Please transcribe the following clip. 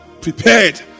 prepared